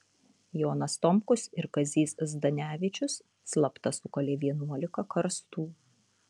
jonas tomkus ir kazys zdanevičius slapta sukalė vienuolika karstų